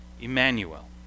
Emmanuel